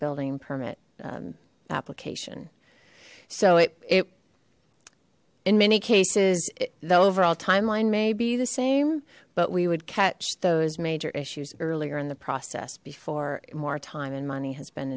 building permit application so it in many cases the overall timeline may be the same but we would catch those major issues earlier in the process before more time and money has been